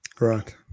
Right